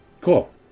Cool